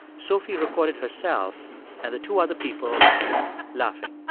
sophie recorded herself and the two other people laughing